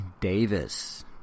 Davis